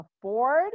afford